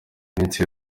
iminsi